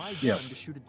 Yes